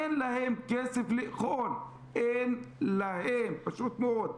אין להם כסף לאכול, אין להם, פשוט מאוד.